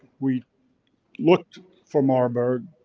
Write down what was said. we looked for marburg,